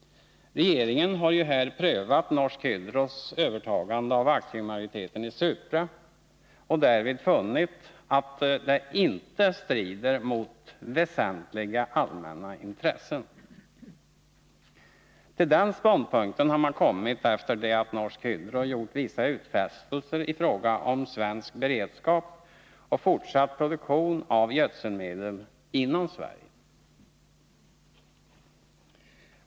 Regeringen har ju funnit att det inte strider mot väsentliga allmänna intressen. Till den ståndpunkten har man kommit efter det att Norsk Hydro gjort vissa utfästelser i fråga om svensk beredskap och fortsatt produktion av gödselmedel i Sverige.